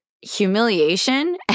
humiliation